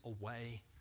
away